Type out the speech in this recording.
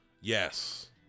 Yes